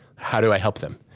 how do i help them?